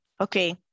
okay